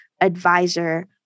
advisor